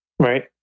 Right